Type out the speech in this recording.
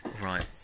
Right